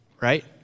right